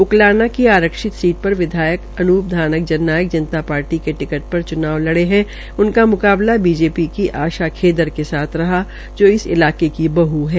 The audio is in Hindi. उकलाना की आरक्षित सीट पर विधायक अनूप धानक जन नायक जनता पार्टी के टिकट पर च्नाव लड़ रहे है उनका मुकाबला बीजीपी की आशा खेदर के साथ रहा ज इस इलाके की बह है